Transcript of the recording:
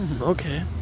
Okay